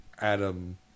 Adam